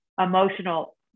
emotional